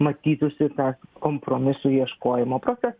matytųsi tas kompromisų ieškojimo procesas